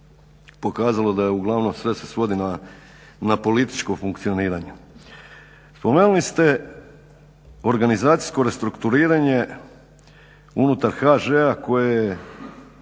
pokazalo da je uglavnom sve se svodi na političko funkcioniranje. Spomenuli ste organizacijsko restrukturiranje unutar HŽ-a koje je